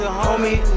homie